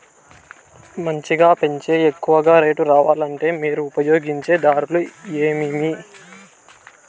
మంచిగా పెంచే ఎక్కువగా రేటు రావాలంటే మీరు ఉపయోగించే దారులు ఎమిమీ?